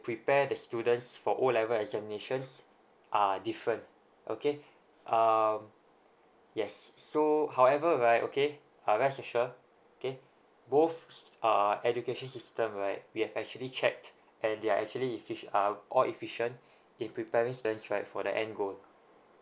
prepare the students for O level examinations are different okay um yes so however right okay uh rest assure okay both s~ err education system right we have actually checked and they are actually effic~ uh all efficient in preparing students right for the end goal